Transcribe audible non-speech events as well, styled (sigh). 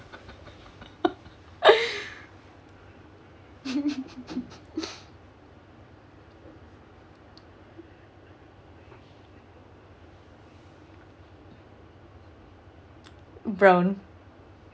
(laughs) brown